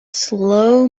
slow